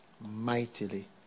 mightily